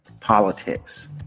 politics